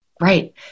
Right